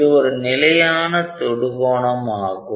இது ஒரு நிலையான தொடு கோணம் ஆகும்